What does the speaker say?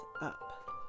up